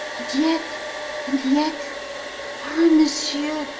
and yet and yet ah, monsieur,